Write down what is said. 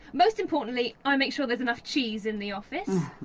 most importantly i make sure there's enough cheese in the office.